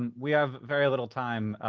we have very little time,